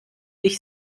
ich